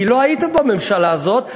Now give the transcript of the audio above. כי לא הייתם בממשלה הזאת.